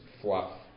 fluff